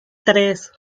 tres